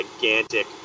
gigantic